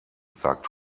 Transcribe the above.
sagt